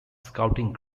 scouting